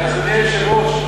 היושב-ראש,